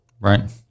Right